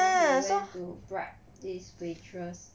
so he went to bribe this waitress